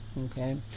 Okay